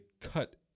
cut